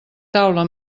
taula